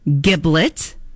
Giblet